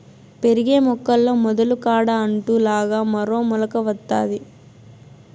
పెరిగే మొక్కల్లో మొదలు కాడ అంటు లాగా మరో మొలక వత్తాది